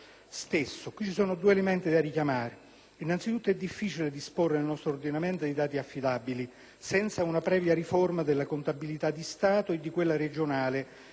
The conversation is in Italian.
Qui ci sono due elementi da richiamare: innanzitutto, è difficile disporre nel nostro ordinamento di dati affidabili senza una previa riforma della contabilità di Stato e di quella regionale,